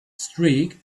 streak